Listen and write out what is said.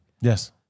Yes